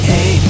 Hey